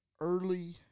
Early